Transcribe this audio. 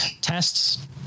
tests